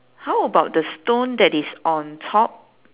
how about the stone that is on top